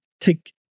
Take